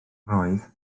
roedd